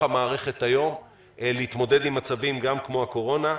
המערכת היום להתמודד עם מצבים גם כמו הקורונה.